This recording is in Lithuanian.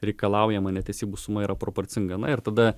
reikalaujama netesybų suma yra proporcinga na ir tada